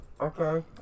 Okay